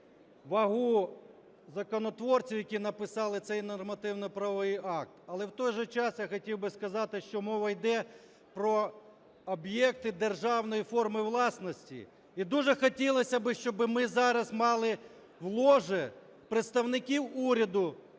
вагу законотворців, які написали цей нормативно-правовий акт. Але в той же час я хотів би сказати, що мова йде про об'єкти державної форми власності. І дуже хотілося би, щоб ми зараз мали в ложі представників уряду,